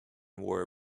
wore